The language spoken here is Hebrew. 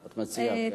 מה את מציעה, כן.